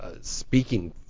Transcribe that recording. speaking